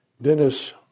Dennis